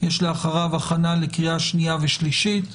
יש אחריו הכנה לקריאה שנייה ושלישית,